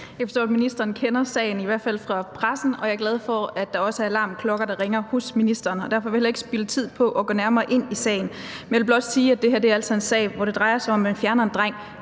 kan forstå, at ministeren kender sagen, i hvert fald fra pressen, og jeg er glad for, at der også er alarmklokker, der ringer hos ministeren, og derfor vil jeg heller ikke spilde tid på at gå nærmere ind i sagen, men blot sige, at det her altså er en sag, hvor det drejer sig om, at man fjerner en dreng,